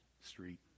Street